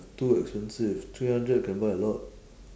too expensive three hundred can buy a lot